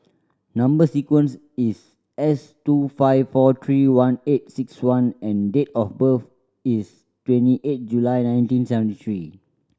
number sequence is S two five four three one eight six one and date of birth is twenty eight July nineteen seventy three